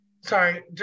sorry